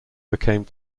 became